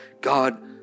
god